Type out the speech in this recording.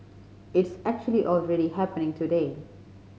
it's actually already happening today